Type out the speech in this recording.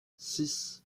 six